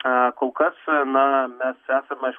a kol kas na mes esame